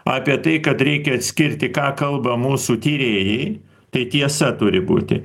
apie tai kad reikia atskirti ką kalba mūsų tyrėjai tai tiesa turi būti